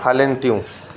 हलनि थियूं